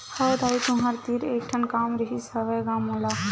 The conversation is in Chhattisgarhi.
हव दाऊ तुँहर तीर एक ठन काम रिहिस हवय गा मोला